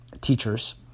teachers